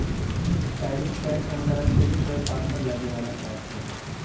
tariff tax अंतर्राष्ट्रीय व्यापार पर लगे वाला टैक्स हई